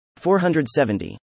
470